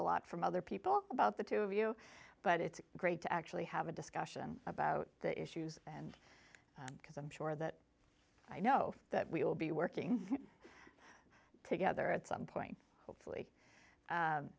a lot from other people about the two of you but it's great to actually have a discussion about the issues and because i'm sure that i know that we will be working together at some point hopefully